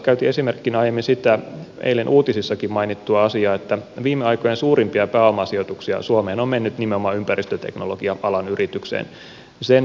käytin esimerkkinä aiemmin sitä eilen uutisissakin mainittua asiaa että viime aikojen suurimpia pääomasijoituksia suomeen on mennyt nimenomaan ympäristöteknologia alan yritykseen